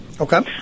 Okay